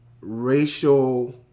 racial